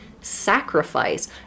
sacrifice